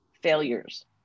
failures